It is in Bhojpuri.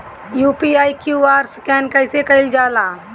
यू.पी.आई क्यू.आर स्कैन कइसे कईल जा ला?